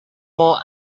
more